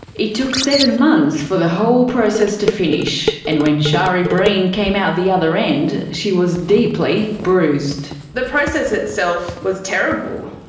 it took seven months for the whole process to finish, and when shari breen came out the other end, she was deeply bruised. the process itself was terrible.